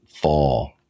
fall